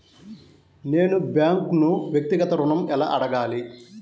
నేను బ్యాంక్ను వ్యక్తిగత ఋణం ఎలా అడగాలి?